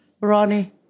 Ronnie